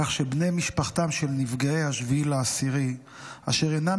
כך שבני משפחתם של נפגעי 7 באוקטובר אשר אינם